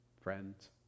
friends